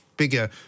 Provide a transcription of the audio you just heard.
Bigger